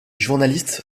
journalistes